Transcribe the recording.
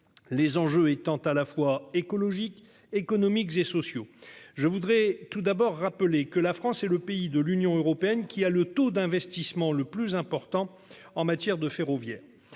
les enjeux étant à la fois écologiques, économiques et sociaux. Je voudrais tout d'abord rappeler que la France est le pays de l'Union européenne qui a le taux d'investissement le plus important en matière de ferroviaire.